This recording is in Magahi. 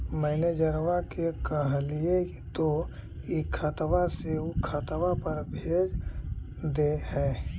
मैनेजरवा के कहलिऐ तौ ई खतवा से ऊ खातवा पर भेज देहै?